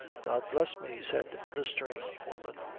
god bless me! said the strange woman,